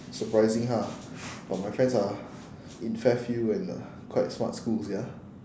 surprising ha but my friends are in fairfield and uh quite smart schools ya